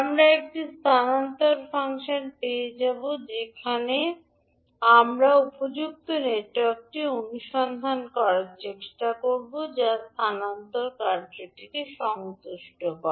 আমরা একটি স্থানান্তর ফাংশন পেয়ে যাব এবং সেখান থেকে আমরা উপযুক্ত নেটওয়ার্কটি অনুসন্ধান করার চেষ্টা করব যা স্থানান্তর কার্যটি সন্তুষ্ট করে